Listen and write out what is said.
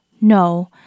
No